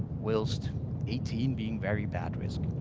whilst eighteen being very bad risk.